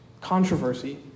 controversy